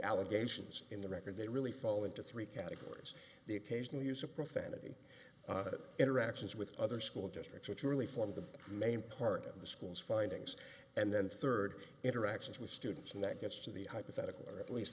allegations in the record they really fall into three categories the occasional use of profanity interactions with other school districts which are really formed the main part of the school's findings and then third interactions with students and that gets to the hypothetical or at